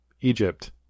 Egypt